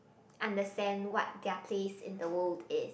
understand what their place in the world is